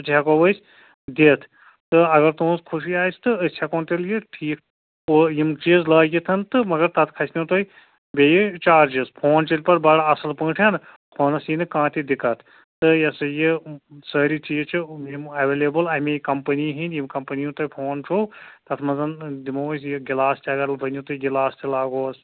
سُہ تہِ ہٮ۪کو أسۍ دِتھ تہِ اگر تُہنٛزۍ آسہِ تہٕ أسۍ ہٮ۪کہون تیٚلہِ یہِ ٹھیٖک یِم چیٖز لٲگِتھ تہٕ مگر تتھ گژھنو تُہۍ بیٚیہِ چارجِز فون چلہِ پت بڑٕ اصٕل پٲٹھۍ فونس یی نہٕ کانٛہہ تہِ دِقت تہٕ یہِ سَہ یہِ سٲری چیٖز چھِ یِم ایولیبل اَمی کمپٔنی ہِنٛدۍ ییٚمہِ کمپٔنی ہُنٛد تُہۍ فون چھُو تتھ منٛز دِمو أسۍ یہِ گِلاس تہِ اگر ؤنِو تُہۍ گِلاس تہِ لاگوس